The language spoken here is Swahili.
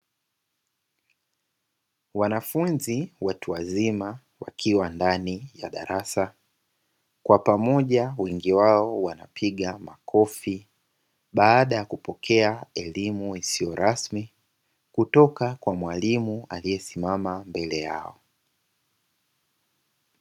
Wanafunzi watu wazima wakiwa ndani ya darasa, kwa pamoja wengi wao wanapiga makofi baada ya kupokea elimu isiyo rasmi kutoka kwa mwalimu aliyesimama mbele yao.